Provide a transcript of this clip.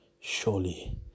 Surely